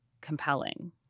compelling